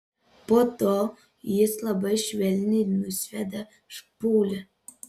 po to jis labai švelniai nusviedė špūlę